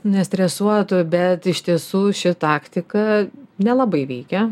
nestresuotų bet iš tiesų ši taktika nelabai veikia